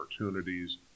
opportunities